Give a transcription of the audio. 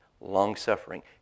long-suffering